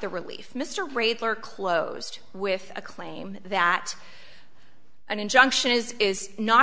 the relief mr regular closed with a claim that an injunction is is not